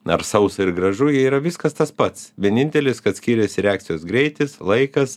ar sausa ir gražu yra viskas tas pats vienintelis kad skyriasi reakcijos greitis laikas